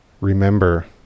Remember